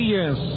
yes